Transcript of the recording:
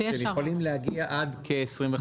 ויכולים להגיע עד כ-25 מיליון שקלים.